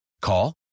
Call